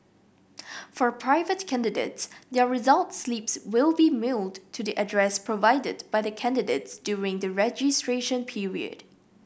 for private candidates their result slips will be mailed to the address provided by the candidates during the registration period